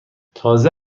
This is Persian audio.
تازه